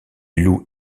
loue